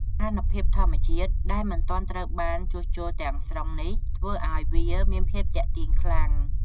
ស្ថានភាពធម្មជាតិដែលមិនទាន់ត្រូវបានជួសជុលទាំងស្រុងនេះ ធ្វើឱ្យវាមានភាពទាក់ទាញខ្លាំង។